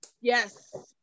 Yes